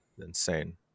Insane